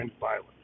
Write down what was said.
violence